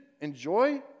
enjoy